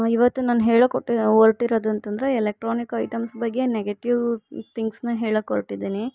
ಇವತ್ತು ನಾನು ಹೇಳೊಕ್ಕೆ ಹೊರಟಿ ಹೊರ್ಟಿರೋದಂತಂದ್ರೆ ಎಲೆಕ್ಟ್ರಾನಿಕ್ ಐಟಮ್ಸ್ ಬಗ್ಗೆ ನೆಗೆಟೀವ್ ಥಿಂಗ್ಸ್ನ ಹೇಳಕ್ಕೊರ್ಟಿದ್ದೀನಿ